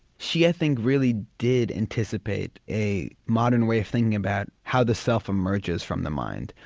she i think really did anticipate a modern way of thinking about how the self emerges from the mind,